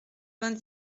vingt